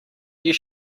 you